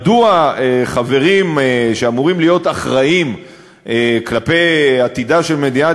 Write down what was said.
מדוע חברים שאמורים להיות אחראים כלפי עתידה של מדינת